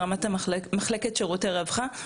ברמת מחלקת שירותי רווחה.